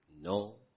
No